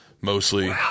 mostly